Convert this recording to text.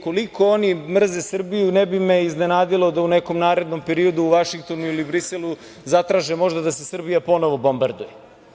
Koliko oni mrze Srbiju ne bi me iznenadilo da u nekom narednom periodu u Vašingtonu ili Briselu zatraže možda da se Srbija ponovo bombarduje.